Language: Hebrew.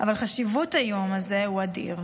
אבל חשיבות היום הזה היא אדירה,